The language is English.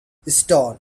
stone